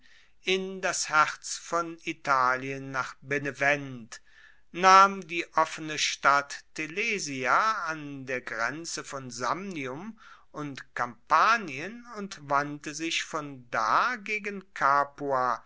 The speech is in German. in das herz von italien nach benevent nahm die offene stadt telesia an der grenze von samnium und kampanien und wandte sich von da gegen